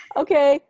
okay